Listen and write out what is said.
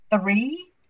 three